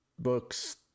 books